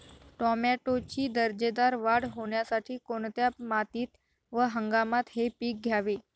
टोमॅटोची दर्जेदार वाढ होण्यासाठी कोणत्या मातीत व हंगामात हे पीक घ्यावे?